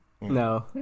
no